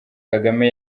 kagame